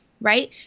right